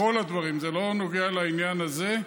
בכל הדברים, זה לא נוגע לעניין הזה,